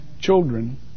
children